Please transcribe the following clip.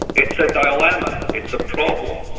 it's it's a dilemma. it's a problem.